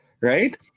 right